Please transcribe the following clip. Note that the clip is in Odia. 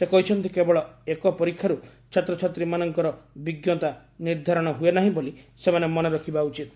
ସେ କହିଛନ୍ତି କେବଳ ଏକ ପରୀକ୍ଷାରୁ ଛାତ୍ରଛାତ୍ରୀମାନଙ୍କର ବିଞ୍ଜତା ନିର୍ଦ୍ଧାରଣ ହୁଏ ନାହିଁ ବୋଲି ସେମାନେ ମନେରଖିବା ଉଚିତ୍